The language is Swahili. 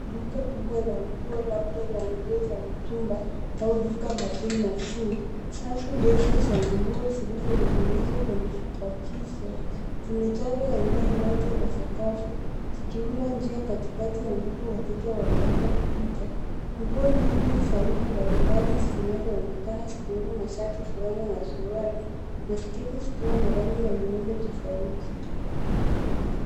Duka kubwa la nguo, labda za nguo za mitumba au duka la bei nafuu. Safu ndefu za nguo zilizoning'nizwa kwenye vibwagizo zimejaza eneo lote la sakafu zikiunda njia katikati ambapo wateja wanaweza kupita. Nguo nyingi za aina mabalimbali zinazoonekana zikiwemo mashati, fulana na suruali na sketi zikiwa na rangi ya miundo tofauti.